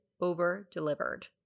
over-delivered